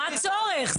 מה הצורך?